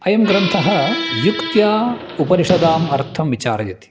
अयं ग्रन्थः युक्त्या उपनिषदाम् अर्थं विचारयति